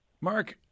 Mark